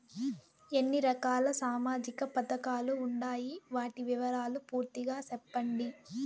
ఎన్ని రకాల సామాజిక పథకాలు ఉండాయి? వాటి వివరాలు పూర్తిగా సెప్పండి?